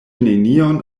nenion